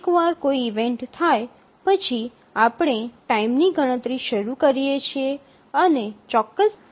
એકવાર કોઈ ઈવેન્ટ થાય પછી આપણે ટાઇમની ગણતરી શરૂ કરીએ છીએ અને ચોક્કસ સમય પહેલાં પરિણામ આપવું આવશ્યક છે